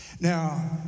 Now